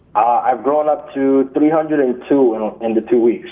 i've grown up to three hundred and two in the two weeks.